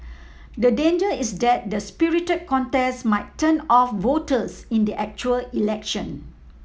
the danger is that the spirited contest might turn off voters in the actual election